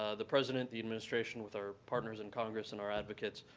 ah the president, the administration with our partners in congress and our advocates,